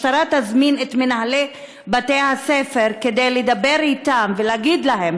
אבל שהמשטרה תזמין את מנהלי בתי-הספר כדי לדבר אתם ולהגיד להם